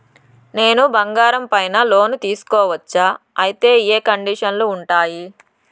నేను బంగారం పైన లోను తీసుకోవచ్చా? అయితే ఏ కండిషన్లు ఉంటాయి?